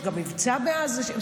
יש גם מבצע בעזה,